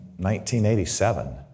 1987